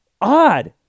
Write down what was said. odd